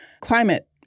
climate